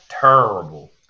Terrible